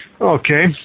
Okay